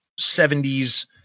70s